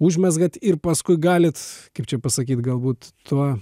užmezgat ir paskui galit kaip čia pasakyt galbūt tuo